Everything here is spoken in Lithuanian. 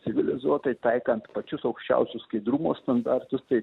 civilizuotai taikant pačius aukščiausius skaidrumo standartus tai